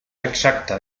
exacta